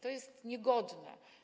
To jest niegodne.